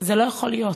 זה לא יכול להיות.